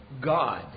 God